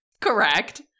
Correct